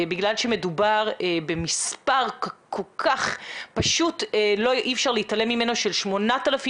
בגלל שמדובר במספר שאי אפשר להתעלם ממנו, של 8,000